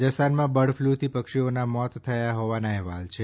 રાજસ્થાનમાં બર્ડફ્લુથી પક્ષીઓ ના મોત થયા હોવાના અહેવાલ છે